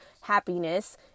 happiness